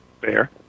Fair